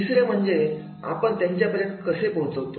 तिसरे म्हणजे आपण त्यांच्यापर्यंत कसे पोहोचवतो